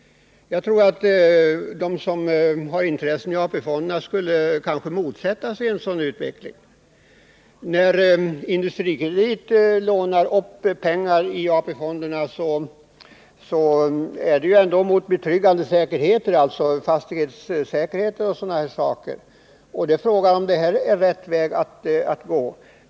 Jag tror att de som har intressen i AP-fonderna kanske skulle motsätta sig en sådan utveckling. När Industrikredit lånar upp pengar i AP-fonderna är det ändå mot betryggande säkerhet i fastigheter o. d.